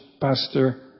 Pastor